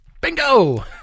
bingo